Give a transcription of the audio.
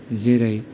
जेरै